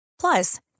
Plus